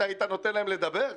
היית נותן להם לדבר?